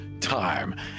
time